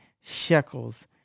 shekels